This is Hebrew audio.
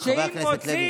חבר הכנסת לוי.